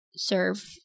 serve